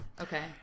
Okay